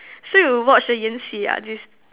so you watch the 延禧 ah this